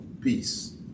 peace